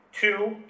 two